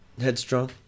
headstrong